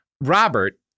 Robert